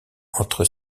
entre